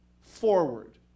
forward